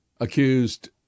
accused